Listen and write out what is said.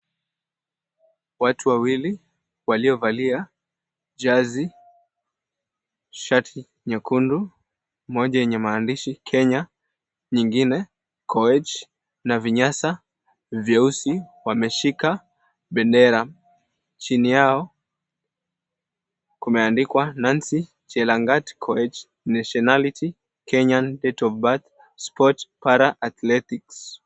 Watu wawili waliovalia jazi, shati nyekundu, moja yenye maandishi Kenya , nyingine Koech, na vinyasa vyeusi wameshika bendera. Chini yao kumeandikwa, Nancy Chelangat Koech, Nationality, Kenyan, Date of birth, Sport, Para athletics.